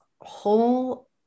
whole